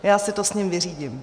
Já si to s ním vyřídím.